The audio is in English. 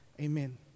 amen